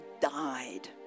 died